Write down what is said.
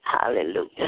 Hallelujah